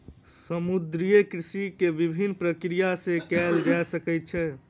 समुद्रीय कृषि के विभिन्न प्रक्रिया सॅ कयल जा सकैत छै